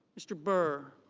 mr. burr